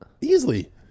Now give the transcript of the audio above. Easily